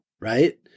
Right